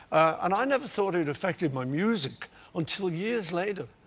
and i never thought it affected my music until years later.